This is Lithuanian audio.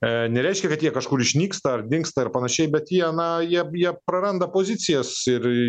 e nereiškia kad jie kažkur išnyksta ar dingsta ir panašiai bet jie na jieb jieb praranda pozicijas ir